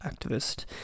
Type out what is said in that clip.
activist